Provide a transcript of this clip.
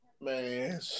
Man